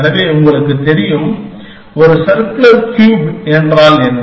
எனவே உங்களுக்கு தெரியும் ஒரு சர்க்குலர் கியூப் என்றால் என்ன